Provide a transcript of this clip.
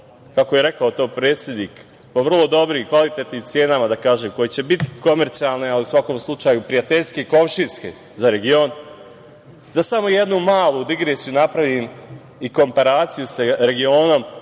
kako je rekao to predsednik, po vrlo dobrim i kvalitetnim cenama koje će biti komercijalne, ali u svakom slučaju, prijateljski i komšijski za region. Da napravim samo jednu malu digresiju i komparaciju sa regionom